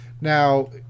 Now